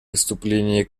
выступления